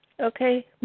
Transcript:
Okay